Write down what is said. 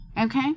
Okay